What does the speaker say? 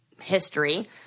history